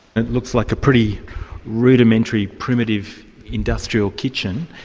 it looks like a pretty rudimentary, primitive industrial kitchen.